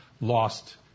lost